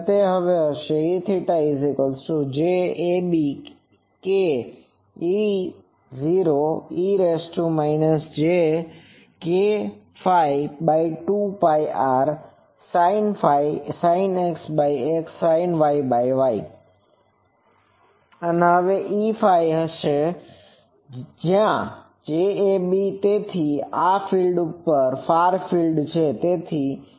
તેથી હવે તે હશે Ej ab k E0 e j kr 2 πrsinɸ sinXXsinYY અને Eφ હશે j ab તેથી આ ફાર ફિલ્ડ છે